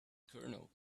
kernel